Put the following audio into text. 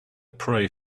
pray